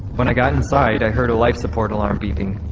when i got inside, i heard a life support alarm beeping.